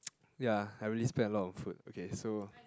ya I really spend a lot on food okay so